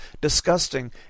disgusting